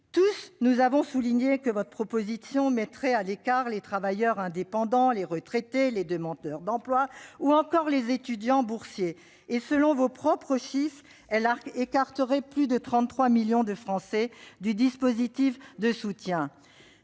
Nous avons tous déploré que votre proposition mette à l'écart les travailleurs indépendants, les retraités, les demandeurs d'emploi ou encore les étudiants boursiers. Selon vos propres chiffres, elle écarterait plus de 33 millions de Français d'un dispositif de soutien.